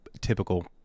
typical